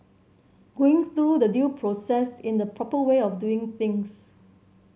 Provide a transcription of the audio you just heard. going through the due process in the proper way of doing things